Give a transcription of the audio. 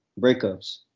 breakups